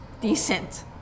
decent